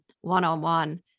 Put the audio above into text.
one-on-one